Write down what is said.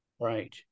Right